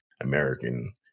American